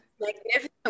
Magnificent